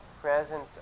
present